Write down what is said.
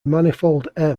manifold